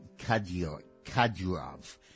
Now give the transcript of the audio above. Kadyrov